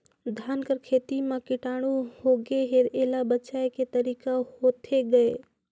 धान कर खेती म कीटाणु होगे हे एला बचाय के तरीका होथे गए?